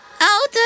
out